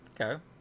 Okay